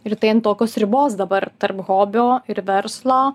ir tai ant tokios ribos dabar tarp hobio ir verslo